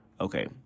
Okay